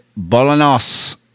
Bolanos